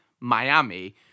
Miami